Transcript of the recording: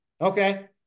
Okay